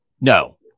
No